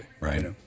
Right